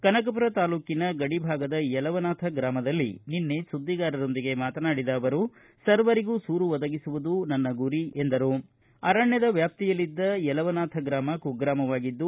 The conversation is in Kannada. ಕನಕಪುರ ತಾಲ್ಲೂಕಿನ ಗಡಿ ಭಾಗದ ಯಲವನಾಥ ಗ್ರಮದಲ್ಲಿ ನಿನ್ನೆ ಸುದ್ದಿಗಾರರೊಂದಿಗೆ ಮಾತನಾಡಿದ ಅವರು ಸರ್ವರಿಗೂ ಸೂರು ಒದಗಿಸುವುದು ನನ್ನ ಗುರಿ ಎಂದ ಅವರು ಅರಣ್ಯದ ವ್ಯಾಪ್ತಿಯಲ್ಲಿದ್ದ ಯಲವನಾಥ ಗ್ರಾಮ ಕುಗ್ರಾಮವಾಗಿದ್ದು